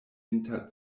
inter